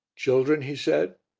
children, he said,